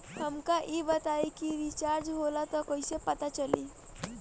हमका ई बताई कि रिचार्ज होला त कईसे पता चली?